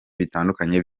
bitandukanye